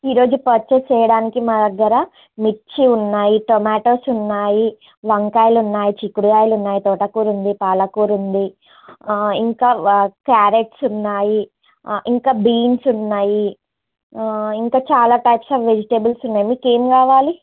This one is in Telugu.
ఈ రోజు పర్చేస్ చెయ్యడానికి మా దగ్గర మిర్చి ఉన్నాయి టొమాటోస్ ఉన్నాయి వంకాయలు ఉన్నాయి చిక్కుడుకాయలు ఉన్నాయి తోటకూర ఉంది పాలకూర ఉంది ఇంకా క్యారెట్స్ ఉన్నాయి ఇంకా బీన్స్ ఉన్నాయి ఇంకా చాలా టైప్స్ ఆఫ్ వెజిటేబుల్స్ ఉన్నాయి మీకు ఏం కావాలి